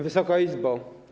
Wysoka Izbo!